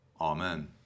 Amen